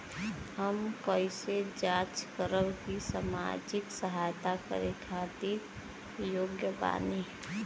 हम कइसे जांच करब की सामाजिक सहायता करे खातिर योग्य बानी?